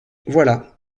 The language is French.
voilà